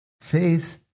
faith